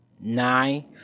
Nine